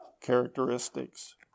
characteristics